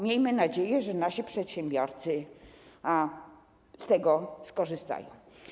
Miejmy nadzieję, że nasi przedsiębiorcy z tego skorzystają.